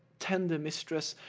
tender mistress!